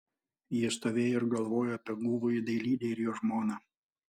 ji stovėjo ir galvojo apie guvųjį dailidę ir jo žmoną